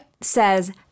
says